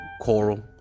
coral